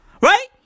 Right